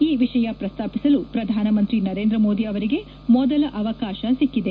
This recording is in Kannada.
ಈ ವಿಷಯ ಪ್ರಸ್ತಾಪಿಸಲು ಪ್ರಧಾನಮಂತ್ರಿ ನರೇಂದ್ರ ಮೋದಿ ಅವರಿಗೆ ಮೊದಲ ಅವಕಾಶ ಸಿಕ್ಕಿದೆ